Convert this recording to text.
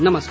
नमस्कार